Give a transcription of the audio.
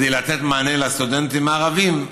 כדי לתת מענה לסטודנטים ערבים,